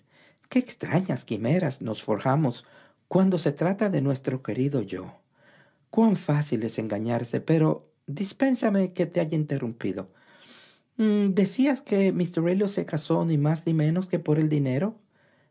qué extrañas quimeras nos forjamos cuando se trata de nuestro querido yo cuán fácil es engañarse pero dispénsame que te haya interrumpido decías que míster elliot se casó ni más ni menos que por el dinero